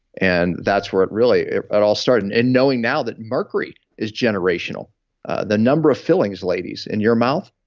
and that's what really. but i'll start. and and knowing now that mercury is generational the number of fillings ladies, in your mouth,